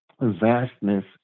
vastness